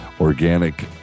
organic